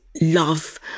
love